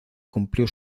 cumplió